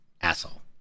asshole